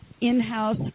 in-house